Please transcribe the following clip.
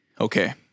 okay